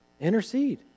Intercede